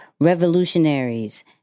revolutionaries